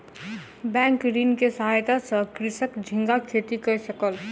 bank ऋण के सहायता सॅ कृषक झींगा खेती कय सकल